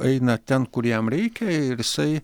eina ten kur jam reikia ir jisai